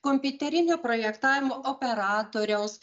kompiuterinio projektavimo operatoriaus